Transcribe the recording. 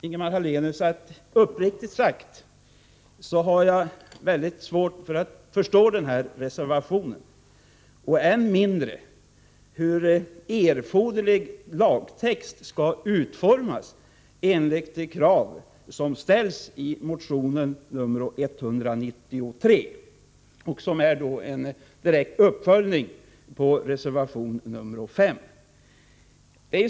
Ingemar Hallenius, uppriktigt sagt har jag mycket svårt att förstå denna reservation, än mindre hur erforderlig lagtext skall utformas enligt det krav som ställs i motion 193, som är en direkt uppföljning på reservation 5.